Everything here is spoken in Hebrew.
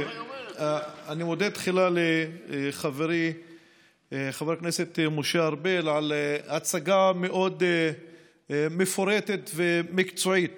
אני מודה תחילה לחברי חבר הכנסת משה ארבל על הצגה מאוד מפורטת ומקצועית